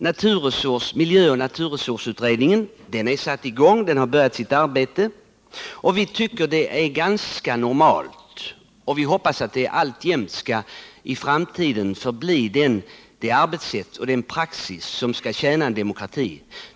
Naturresursoch miljöutredningen har börjat sitt arbete, och vi hoppas att det alltjämt i framtiden skall bli det arbetssätt och den praxis som skall tjäna en demokrati.